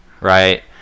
right